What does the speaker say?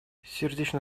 сердечно